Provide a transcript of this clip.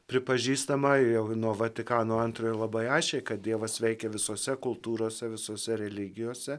pripažįstama jau nuo vatikano antrojo labai aiškiai kad dievas veikia visose kultūrose visose religijose